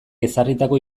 ezarritako